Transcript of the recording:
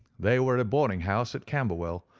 they were at a boarding-house at camberwell,